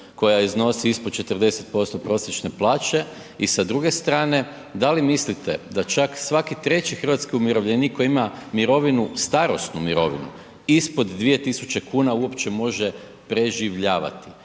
koja iznosi ispod 40% prosječne plaće i sa druge strane da li mislite da čak svaki treći hrvatski umirovljenik koji ima mirovinu, starosnu mirovinu ispod 2000 kn uopće može preživljavati,